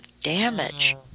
damage